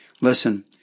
Listen